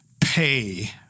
pay